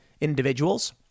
individuals